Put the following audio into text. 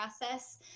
process